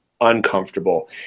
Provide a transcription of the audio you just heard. uncomfortable